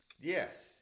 Yes